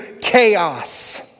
chaos